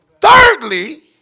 Thirdly